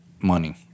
money